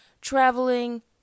traveling